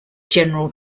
general